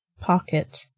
pocket